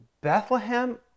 Bethlehem